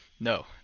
No